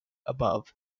above